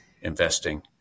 investing